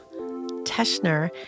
Teschner